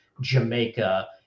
jamaica